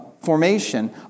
formation